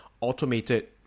automated